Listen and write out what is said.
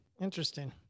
interesting